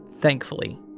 Thankfully